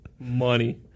Money